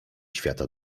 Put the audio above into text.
świata